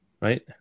Right